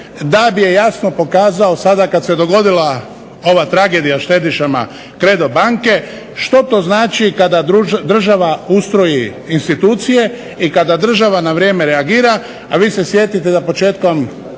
DAB je jasno pokazao sada kada se dogodila ova tragedija štedišama Credo banke što to znači kada država ustroji institucije i kada država na vrijeme reagira. A vi se sjetite da početno